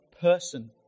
person